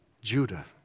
Judah